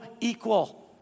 equal